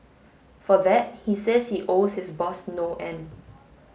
for that he says he owes his boss no end